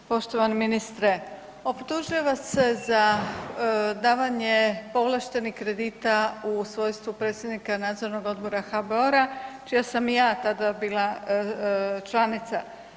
Poštovani ministre, optužuje vas se za davanje povlaštenih kredita u svojstvu predsjednika nadzornog odbora HBOR-a čija sam i ja tada bila članica.